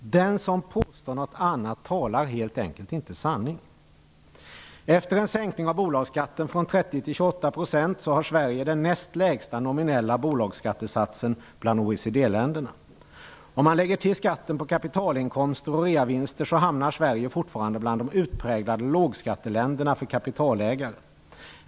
Den som påstår något annat talar helt enkelt inte sanning. Efter en sänkning av bolagsskatten från 30 till 28 % har Sverige den näst lägsta nominella bolagsskattesatsen bland OECD-länderna. Om man lägger till skatten på kapitalinkomster och reavinster, hamnar Sverige fortfarande bland de utpräglade lågskatteländerna för kapitalägare.